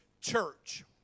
church